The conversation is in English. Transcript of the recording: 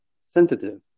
sensitive